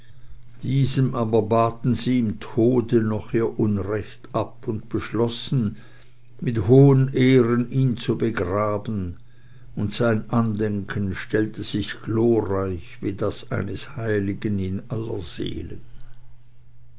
diesem aber baten sie im tode noch ihr unrecht ab und beschlossen mit hohen ehren ihn zu begraben und sein andenken stellte sich glorreich wie das eines heiligen in aller seelen